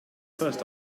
first